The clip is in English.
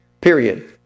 Period